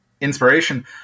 inspiration